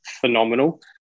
phenomenal